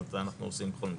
זה אנחנו עושים בכל מקרה.